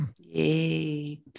Yay